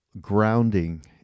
grounding